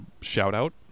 shout-out